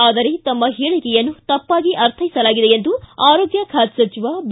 ಆದರೆ ತಮ್ಮ ಹೇಳಿಕೆಯನ್ನು ತಪ್ಪಾಗಿ ಅರ್ಥೈಸಲಾಗಿದೆ ಎಂದು ಆರೋಗ್ಯ ಖಾತೆ ಸಚಿವ ಬಿ